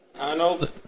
Arnold